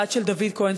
הבת של דוד כהן,